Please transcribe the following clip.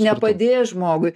nepadės žmogui